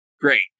Great